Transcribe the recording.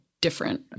different